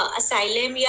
asylum